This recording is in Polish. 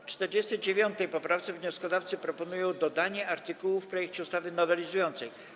W 49. poprawce wnioskodawcy proponują dodanie artykułu w projekcie ustawy nowelizującej.